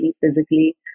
physically